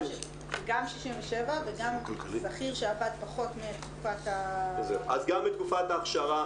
וגם שכיר שעבד פחות מתקופת --- גם לתקופת ההכשרה,